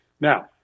Now